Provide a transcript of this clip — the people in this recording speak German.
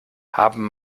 haben